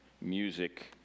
music